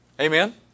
Amen